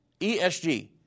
ESG